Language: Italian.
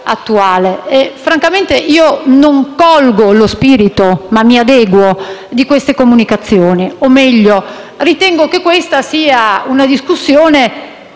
Francamente non colgo lo spirito - ma mi adeguo - di queste comunicazioni. Ritengo che questa sia una discussione